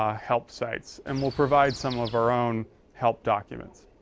um help sites and we'll provide some of our own help documents.